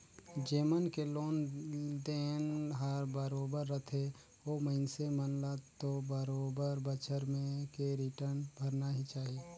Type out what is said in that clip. जेमन के लोन देन हर बरोबर रथे ओ मइनसे मन ल तो बरोबर बच्छर में के रिटर्न भरना ही चाही